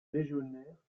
légionnaire